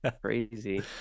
crazy